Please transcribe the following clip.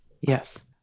yes